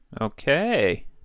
Okay